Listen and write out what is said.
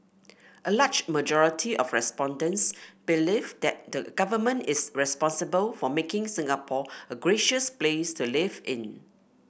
a large majority of respondents believe that the government is responsible for making Singapore a gracious place to live in